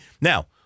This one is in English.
Now